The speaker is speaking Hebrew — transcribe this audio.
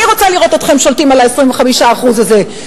אני רוצה לראות אתכם שולטים על ה-25% האלה.